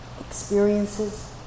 experiences